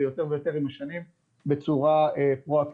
ויותר ויותר עם השנים בצורה פרואקטיבית